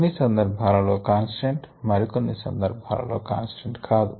కొన్ని సందర్భాలలో కాన్స్టెంట్ మరి కొన్ని సందర్భాలలో కాన్స్టెంట్ కాదు